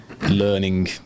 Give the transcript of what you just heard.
learning